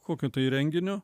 kokio tai renginio